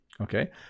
okay